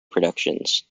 productions